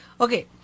Okay